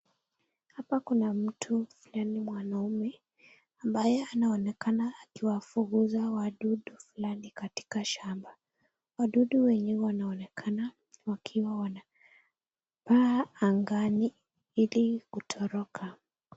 Hapa kuna mtu fulani mwanaume ambaye anaonekana aliwafukuza wadudu fulani katika shamba, wadudu wenyewe wanaonekana wakiwa wanapaa angani ili kutoroka.